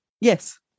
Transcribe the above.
Yes